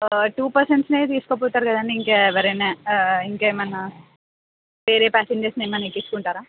two పర్సన్స్నే తీసుకోపోతారు కదండీ ఇంకా ఎవరైనా ఇంకేమన్నా వేరే ప్యాసెంజర్స్ని ఏమన్నా తీసుకుంటారా